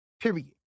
period